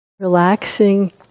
Relaxing